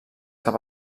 cap